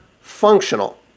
functional